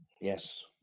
Yes